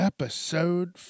Episode